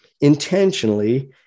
intentionally